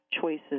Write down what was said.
choices